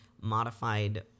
modified